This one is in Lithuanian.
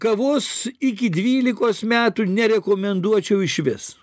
kavos iki dvylikos metų nerekomenduočiau išvis